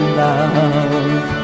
love